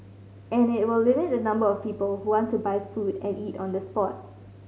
and it will limit the number of people who want to buy food to eat on the spot